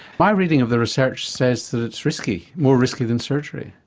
my reading of the research says that it's risky, more risky than surgery.